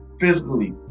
physically